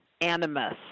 animus